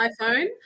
iPhone